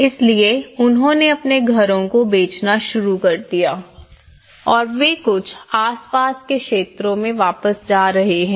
इसलिए उन्होंने अपने घरों को बेचना शुरू कर दिया और वे कुछ आस पास के क्षेत्रों में वापस जा रहे हैं